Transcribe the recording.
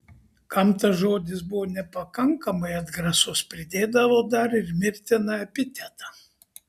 kam tas žodis buvo nepakankamai atgrasus pridėdavo dar ir mirtiną epitetą